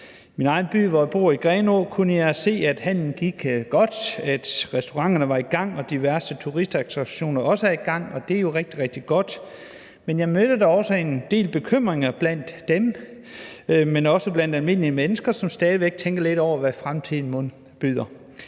i den by, hvor jeg bor, Grenå, kunne jeg se, at handelen gik godt, at restauranterne var i gang og diverse turistattraktioner også var i gang, og det er jo rigtig, rigtig godt. Men jeg mødte da også en del bekymringer blandt dem, men også blandt almindelige mennesker, som stadigvæk tænkte lidt over, hvad fremtiden mon byder.